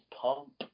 pump